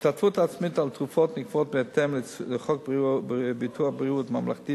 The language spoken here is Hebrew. ההשתתפות העצמית בתרופות נקבעת בהתאם לחוק ביטוח בריאות ממלכתי,